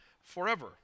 forever